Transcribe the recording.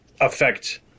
affect